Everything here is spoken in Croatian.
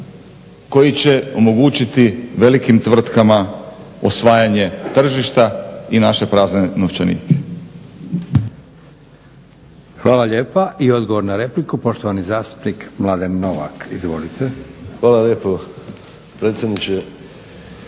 koji će omogućiti velikim tvrtkama osvajanje tržišta i naš prazan novčanik. **Leko, Josip (SDP)** Hvala lijepa. I odgovor na repliku, poštovani zastupnik Mladen Novak. Izvolite. **Novak, Mladen